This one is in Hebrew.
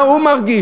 מה הוא מרגיש,